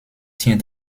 tient